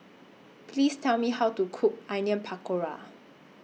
Please Tell Me How to Cook Onion Pakora